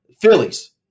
Phillies